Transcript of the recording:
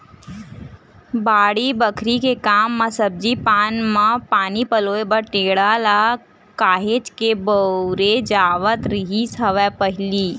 बाड़ी बखरी के काम म सब्जी पान मन म पानी पलोय बर टेंड़ा ल काहेच के बउरे जावत रिहिस हवय पहिली